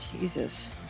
Jesus